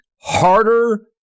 harder